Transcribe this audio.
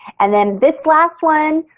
and then this last one.